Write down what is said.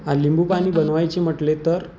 हां लिंबू पाणी बनवायचे म्हटले तर